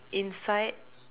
inside